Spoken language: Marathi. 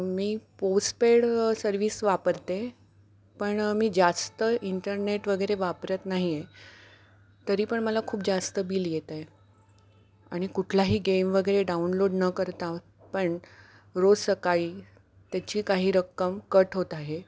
मी पोस्ट पेड सर्विस वापरते पण मी जास्त इंटरनेट वगैरे वापरत नाही आहे तरी पण मला खूप जास्त बिल येतं आहे आणि कुठलाही गेम वगैरे डाउनलोड न करता पण रोज सकाळी त्याची काही रक्कम कट होत आहे